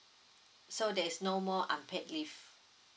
so there is no more unpaid leave